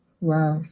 wow